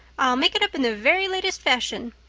i'll make it up in the very latest fashion,